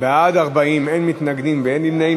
בעד, 40, אין מתנגדים ואין נמנעים.